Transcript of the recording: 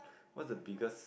what's the biggest